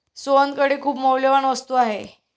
सोहनकडे खूप मौल्यवान वस्तू आहे